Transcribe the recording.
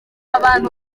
abantu